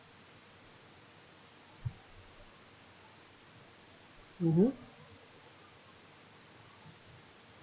mm hmm